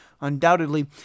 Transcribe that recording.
Undoubtedly